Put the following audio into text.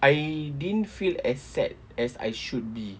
I didn't feel as sad as I should be